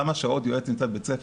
כי כמה שעות יועץ נמצא בבית הספר?